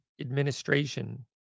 administration